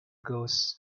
goes